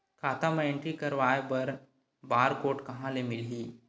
खाता म एंट्री कराय बर बार कोड कहां ले मिलही?